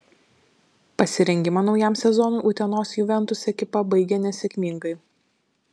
pasirengimą naujam sezonui utenos juventus ekipa baigė nesėkmingai